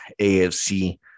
afc